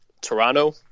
Toronto –